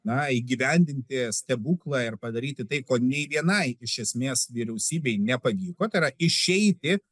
na įgyvendinti stebuklą ir padaryti tai ko nei vienai iš esmės vyriausybei nepavyko tai yra išeiti